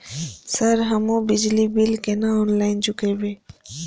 Sir हमू बिजली bill केना ऑनलाईन चुकेबे?